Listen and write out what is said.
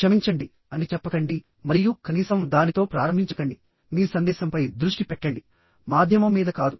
క్షమించండి అని చెప్పకండి మరియు కనీసం దానితో ప్రారంభించకండి మీ సందేశంపై దృష్టి పెట్టండి మాధ్యమం మీద కాదు